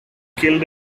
killed